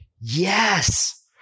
Yes